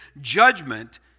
judgment